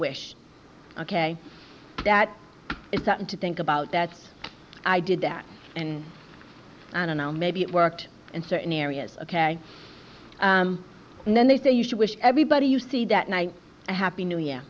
wish ok that is something to think about that i did that and i don't know maybe it worked and certain areas ok and then they say you should wish everybody you see that night a happy new year